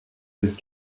sind